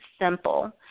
simple